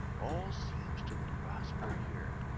all seems to prosper here.